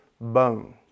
bone